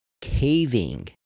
caving